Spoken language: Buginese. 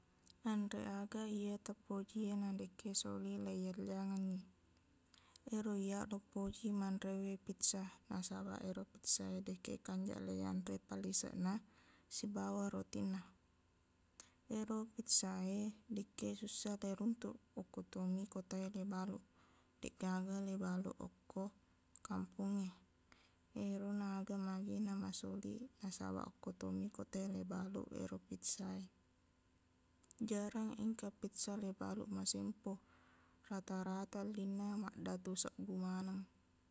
Nanre aga iya tapoji e na dekke soliq leielliyangengngi ero iyaq luppoji manrewe pizza nasabaq ero pizza e dekke kanjaq leiyanre palliseqna sibawa rotinna ero pizza e dekke sussa leiruntuk okkotomi kota e leibaluq deqgaga laibaluq okko kampongnge erona aga magi namasoliq nasabaq okkotomi kota e leibaluq ero pizza e jarang engka pizza laibaluq masempo rata-rata ellina maddatuq sebbu maneng